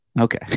Okay